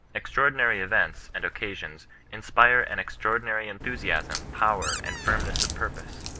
extraordinary events and occasions inspire an extraordinary enthu siasm, power, and firmness of purpose.